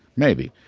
maybe.